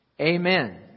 Amen